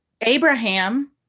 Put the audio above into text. Abraham